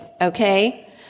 okay